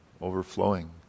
overflowing